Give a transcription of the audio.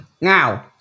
Now